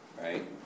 right